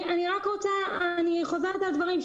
אני רק רוצה לחזור על הדברים,